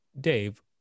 Dave